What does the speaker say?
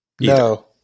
No